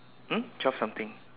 um twelve something